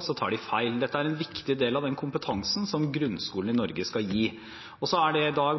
så tar de feil. Dette er en viktig del av den kompetansen som grunnskolen i Norge skal gi. Det er i dag